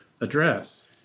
address